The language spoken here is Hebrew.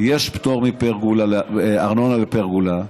יש פטור מארנונה לפרגולה,